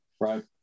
right